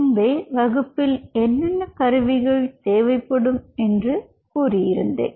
முன்பே வகுப்பில் என்னென்ன கருவிகள் தேவை படும் என்று கூறியிருந்தேன்